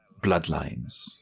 bloodlines